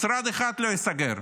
משרד אחד לא ייסגר.